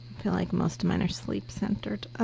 feel like most of mine are sleep centered. ah